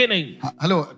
Hello